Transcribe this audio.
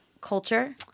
culture